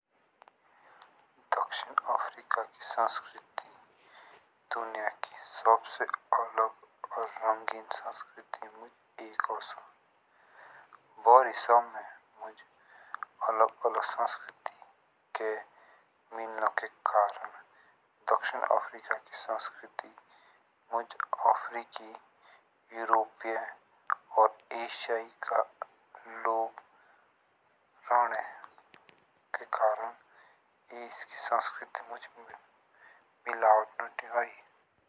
दक्षिण अफ्रीका की संस्कृति दुनिया की सबसे अलग और रंगीन संस्कृति मुझे एक अवसर। भारी समय मुझे अलग अलग संस्कृति मिलने के कारण दक्षिण अफ्रीका की मुझे अफ्रीकी, यूरोपीय, एशियाई का लोग रहने के कारण इसकी संस्कृति में मिश्रण नोट किया।